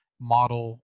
model